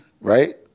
right